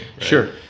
Sure